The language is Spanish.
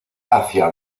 hacia